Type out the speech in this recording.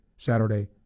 Saturday